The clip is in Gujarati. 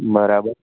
બરાબર